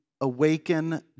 awaken